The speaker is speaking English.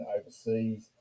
overseas